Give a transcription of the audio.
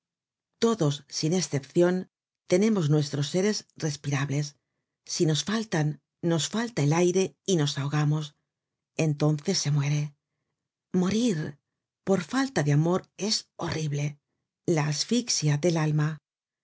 todos sin escepcion tenemos nuestros seres respirables si nos faltan nos falta el aire y nos ahogamos entonces se muere morir por falta de amor es horrible la asfixia del alma